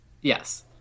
Yes